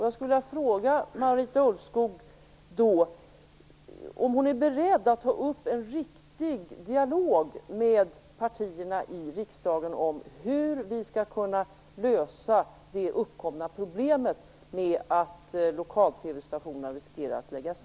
Jag skulle vilja fråga om Marita Ulvskog är beredd att ta upp en riktig dialog med partierna i riksdagen om hur vi kan lösa uppkomna problem med att lokal-TV-stationerna riskerar att bli nedlagda.